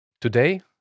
Today